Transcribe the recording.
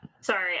Sorry